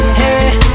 hey